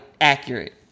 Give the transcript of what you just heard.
accurate